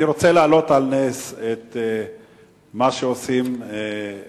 אני רוצה להעלות על נס את מה שעושה המשלחת